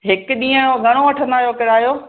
हिक ॾींहं जो घणो वठंदा आहियो किरायो